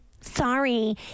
sorry